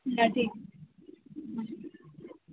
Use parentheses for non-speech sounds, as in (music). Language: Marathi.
(unintelligible) ठीक (unintelligible)